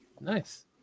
Nice